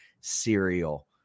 cereal